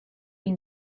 have